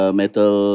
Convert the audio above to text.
metal